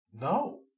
No